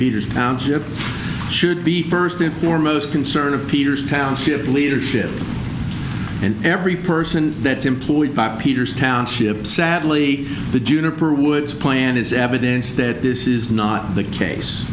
peter's township should be first and foremost concern of peters township leadership and every person that is employed by peter's township sadly the juniper woods plan is evidence that this is not the case